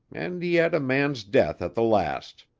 and yet a man's death at the last.